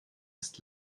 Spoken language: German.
ist